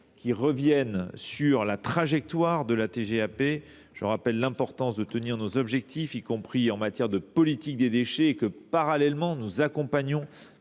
à revenir sur la trajectoire de la TGAP. Je rappelle l’importance de tenir nos objectifs, y compris en matière de politique des déchets. Parallèlement, nous accompagnons,